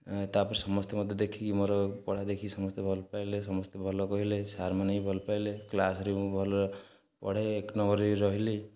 ତା'ପରେ ସମସ୍ତେ ମୋତେ ଦେଖିକି ମୋର ପଢ଼ା ଦେଖିକି ସମସ୍ତେ ଭଲ ପାଇଲେ ସମସ୍ତେ ଭଲ କହିଲେ ସାର୍ମାନେ ବି ଭଲ ପାଇଲେ କ୍ଲାସ୍ରେ ମୁଁ ଭଲରେ ପଢ଼େ ଏକ ନମ୍ବରରେ ବି ରହିଲି